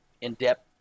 in-depth